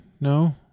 No